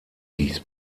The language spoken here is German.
dies